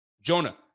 Jonah